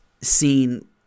seen